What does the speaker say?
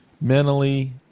mentally